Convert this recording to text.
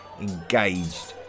engaged